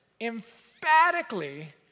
emphatically